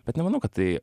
bet nemanau kad tai